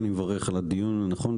אני מברך על הדיון הנכון,